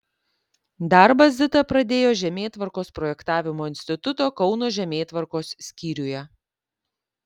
darbą zita pradėjo žemėtvarkos projektavimo instituto kauno žemėtvarkos skyriuje